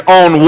on